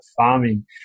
farming